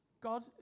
God